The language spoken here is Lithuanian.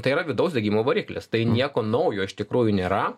tai yra vidaus degimo variklis tai nieko naujo iš tikrųjų nėra